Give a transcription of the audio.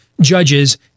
judges